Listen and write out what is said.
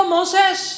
Moses